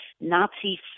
Nazi